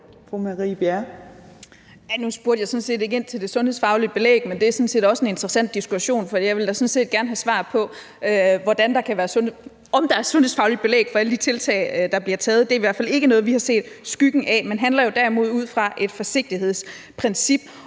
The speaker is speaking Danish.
Nu spurgte jeg sådan set ikke ind til det sundhedsfaglige, men det er sådan set også en interessant diskussion, for jeg vil da gerne have svar på, om der er sundhedsfagligt belæg for alle de tiltag, der bliver taget. Det er i hvert fald ikke noget, vi har set skyggen af. Man handler jo derimod ud fra et forsigtighedsprincip